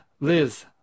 Liz